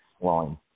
line